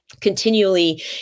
continually